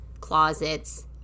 closets